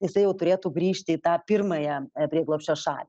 jisai jau turėtų grįžti į tą pirmąją prieglobsčio šalį